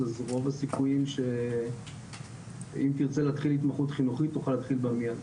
אז רוב הסיכויים שאם תרצה להתחיל התמחות חינוכית תוכל להתחיל בה מיד.